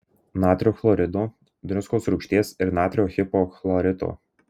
natrio chlorido druskos rūgšties ir natrio hipochlorito